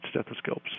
stethoscopes